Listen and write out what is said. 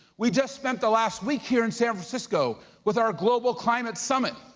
we just spent the last week here in san francisco with our global climate summit,